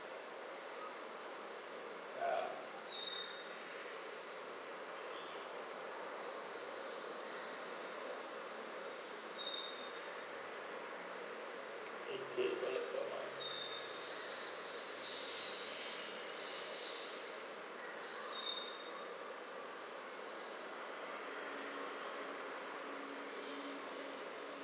ya eighty eight per month